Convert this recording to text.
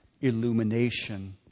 illumination